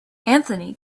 anthony